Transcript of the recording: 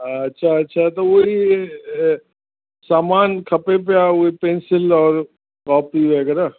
अछा अछा त उहे इहे सामान खपे पिया उहे पैंसिल और कॉपी वग़ैरह